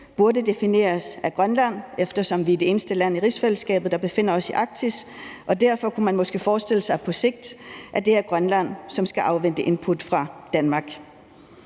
burde defineres af Grønland, eftersom vi er det eneste land i rigsfællesskabet, der befinder sig i Arktis, og derfor kunne man måske på sigt forestille sig, at det er Grønland, som skal afvente input fra Danmark.